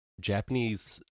Japanese